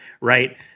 right